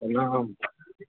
प्रणाम